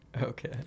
Okay